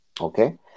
Okay